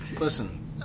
Listen